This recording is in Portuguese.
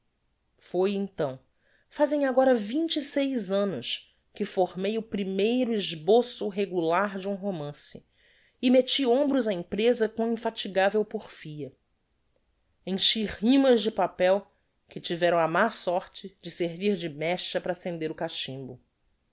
foi então fazem agora vinte e seis annos que formei o primeiro esboço regular de um romance e metti hombros á empreza com infatigavel porfia enchi rimas de papel que tiveram a má sorte de servir de mecha para accender o cachimbo